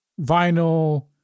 vinyl